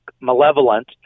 malevolent